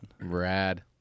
Rad